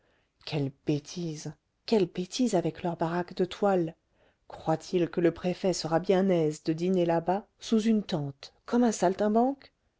quelle bêtise quelle bêtise avec leur baraque de toile croient-ils que le préfet sera bien aise de dîner là-bas sous une tente comme un saltimbanque